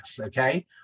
okay